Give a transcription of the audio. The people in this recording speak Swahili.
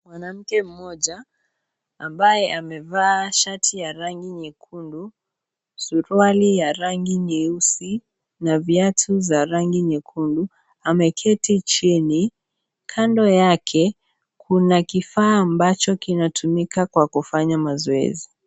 Mwanamke mmoja ambaye amevaa shati ya rangi nyekundu, suruali ya rangi nyeusi na viatu za rangi nyekundu ameketi chini. Kando yake kuna kifaa ambacho kinatumika kwa kufanya mazoezi .